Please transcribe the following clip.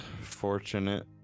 fortunate